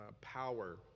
power